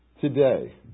today